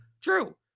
True